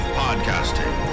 podcasting